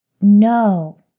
No